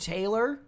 Taylor